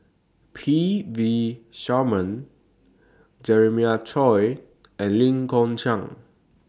P V Sharma Jeremiah Choy and Lee Kong Chian